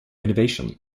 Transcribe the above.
innovation